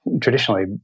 traditionally